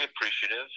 appreciative